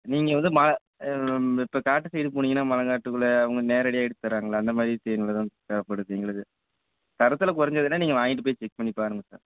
நீங்கள் வந்து மலை இப்போ காட்டு சைடு போனீங்கன்னா மலைங்காட்டுக்குள்ள அவங்க நேரடியாக எடுத்துத் தர்றாங்கல்ல அந்த மாதிரி தேன்கள் தான் தேவைப்படுது எங்களுது தரத்தில் குறஞ்சுதுன்னா நீங்கள் வாங்கிட்டு போய் செக் பண்ணிப் பாருங்க சார்